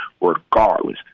regardless